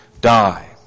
die